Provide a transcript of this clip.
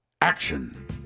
action